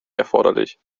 erforderlich